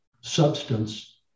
substance